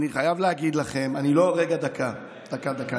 אני חייב להגיד לכם, אני לא, רגע, דקה, דקה, דקה.